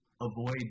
avoid